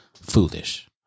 Foolish